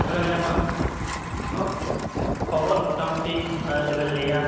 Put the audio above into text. ᱪᱮᱫᱞᱮᱠᱟ ᱢᱮᱱᱟᱢᱟ ᱠᱷᱚᱵᱚᱨ ᱢᱚᱴᱟᱢᱩᱴᱤ ᱟᱨ ᱟᱞᱚᱵᱮᱱ ᱞᱟᱹᱭᱟ